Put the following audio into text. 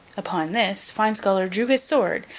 upon this, fine-scholar drew his sword,